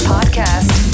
Podcast